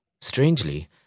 Strangely